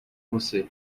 você